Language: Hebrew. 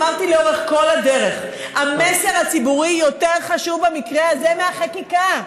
אמרתי לאורך כל הדרך: המסר הציבורי במקרה הזה יותר חשוב מהחקיקה,